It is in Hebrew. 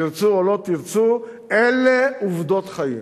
תרצו או לא תרצו, אלה עובדות חיים.